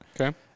Okay